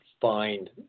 find